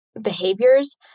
behaviors